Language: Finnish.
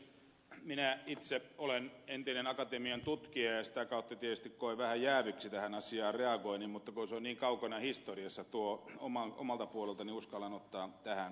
minä itse olen entinen akatemian tutkija ja sitä kautta tietysti koen vähän jääviksi tähän asiaan reagoinnin mutta kun se on niin kaukana historiassa omalta puoleltani uskallan ottaa tähän kantaa